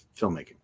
filmmaking